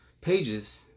pages